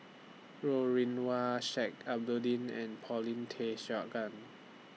Ro Rih Hwa Sheik Alau'ddin and Paulin Tay Straughan